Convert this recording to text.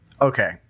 okay